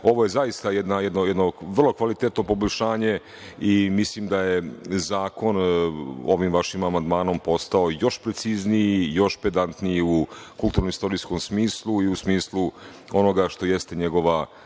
je zaista jedno vrlo kvalitetno poboljšanje i mislim da je zakon ovim vašim amandmanom postao još precizniji, još pedantniji u kulturno-istorijskom smislu i u smislu onoga što jeste njegova